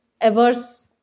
averse